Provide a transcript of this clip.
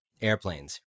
airplanes